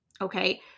okay